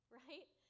right